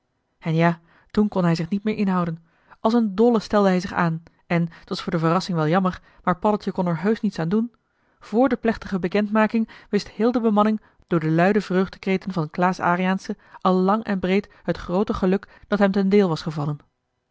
en ja toen kon hij zich niet meer inhouden als een dolle stelde hij zich aan en t was voor de verrassing wel jammer maar paddeltje kon er heusch niets aan doen vr de plechtige bekendmaking wist heel de bemanning door de luide vreugdekreten van klaas ariensze al lang en breed het groote geluk dat hem ten deel was gevallen